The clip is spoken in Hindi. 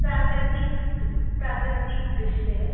प्राकर्तिक प्राकर्तिक दृश्य है